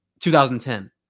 2010